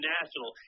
National